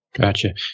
Gotcha